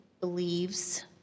believes